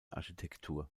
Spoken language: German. architektur